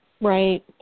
right